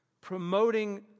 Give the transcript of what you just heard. Promoting